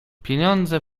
pieniądze